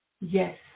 Yes